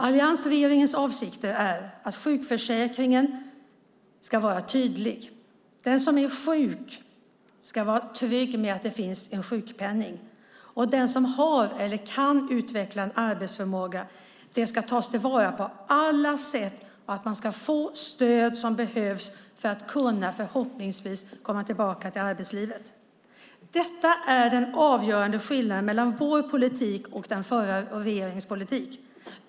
Alliansregeringens avsikter är att sjukförsäkringen ska vara tydlig: Den som är sjuk ska vara trygg med att det finns en sjukpenning. Den som har eller kan utveckla en arbetsförmåga ska tas till vara på alla sätt. Man ska få det stöd som behövs för att förhoppningsvis kunna komma tillbaka till arbetslivet. Detta är den avgörande skillnaden mellan vår politik och den förra regeringens.